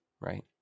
right